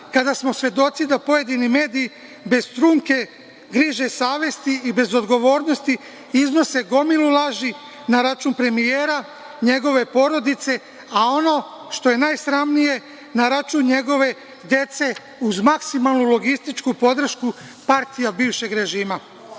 kada smo svedoci da pojedini mediji bez trunke griže savesti i bez odgovornosti iznose gomilu laži na račun premijera, njegove porodice, a ono što je najsramnije, na račun njegove dece, uz maksimalnu logističku podršku partija bivšeg režima.O